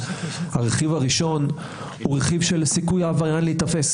הרכיב הראשון הוא רכיב של סיכוי העבריין להיתפס